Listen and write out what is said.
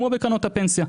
כמו בקרנות הפנסיה.